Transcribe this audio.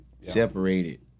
separated